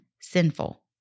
sinful